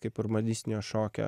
kaip urbanistinio šokio